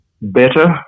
better